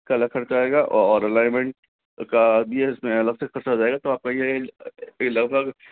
का अलग खर्चा आएगा और अलाइमेंट का अभी इसमें अलग से खर्चा आ जायेगा तो आपका यह लगभग